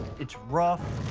it's rough.